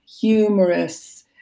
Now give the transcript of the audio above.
humorous